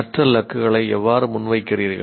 கற்றல் இலக்குகளை எவ்வாறு முன்வைக்கிறீர்கள்